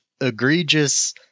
egregious